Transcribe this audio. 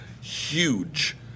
huge